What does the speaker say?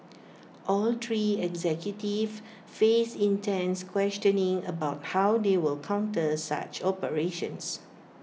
all three executives faced intense questioning about how they will counter such operations